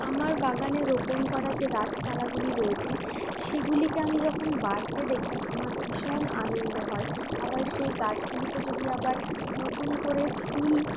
আমার বাগানে রোপণ করা যে গাছপালাগুলি রয়েছে সেগুলিকে আমি যখন বাড়তে দেখি আমার ভীষণ আনন্দ হয় আবার সেই গাছগুলিতে যদি আবার নতুন করে ফুল